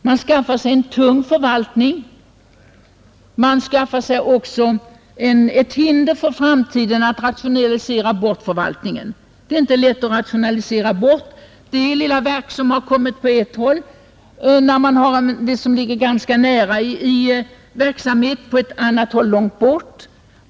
Man skaffar sig en tung förvaltning, man skaffar sig ett hinder för framtiden att kunna rationalisera bort förvaltningen. Det är inte lätt att rationalisera bort det lilla verk som kommit till långt bort, när man har det som ligger ganska nära i verksamhet.